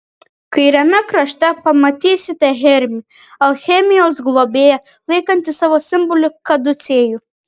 kairiame krašte pamatysite hermį alchemijos globėją laikantį savo simbolį kaducėjų